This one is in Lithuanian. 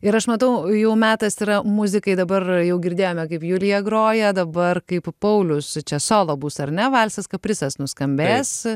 ir aš matau jau metas yra muzikai dabar jau girdėjome kaip julija groja dabar kaip paulius čia solo bus ar ne valsas kaprizas nuskambės